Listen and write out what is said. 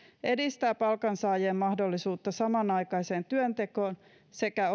edistää palkansaajien mahdollisuutta samanaikaiseen työntekoon sekä